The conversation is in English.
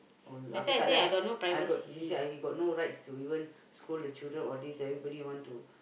oh apa tak de I got he say ah he got no rights to even scold the children all these everybody want to